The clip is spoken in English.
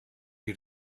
you